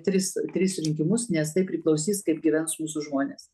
tris tris rinkimus nes tai priklausys kaip gyvens mūsų žmonės